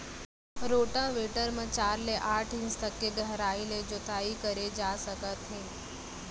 rotavator म चार ले आठ इंच तक के गहराई ले जोताई करे जा सकत हे